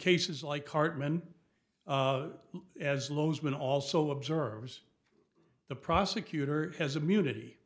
cases like cartman as long as men also observers the prosecutor has immunity